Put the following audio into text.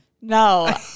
No